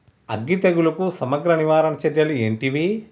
అగ్గి తెగులుకు సమగ్ర నివారణ చర్యలు ఏంటివి?